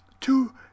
two